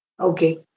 Okay